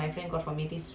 where